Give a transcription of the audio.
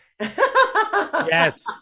yes